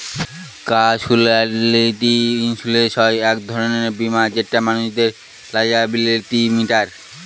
casualty insurance হয় এক ধরনের বীমা যেটা মানুষদের সব লায়াবিলিটি মিটায়